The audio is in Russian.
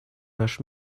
наш